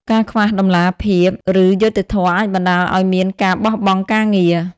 ការខ្វះតម្លាភាព ឬយុត្តិធម៌អាចបណ្ដាលឲ្យមានការបោះបង់ការងារ។